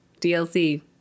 dlc